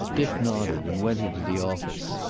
dick nodded and went into the office.